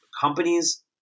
companies